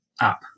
app